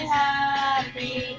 happy